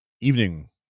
evening